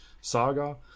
saga